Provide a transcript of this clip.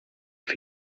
for